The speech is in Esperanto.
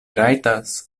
rajtas